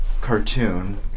cartoon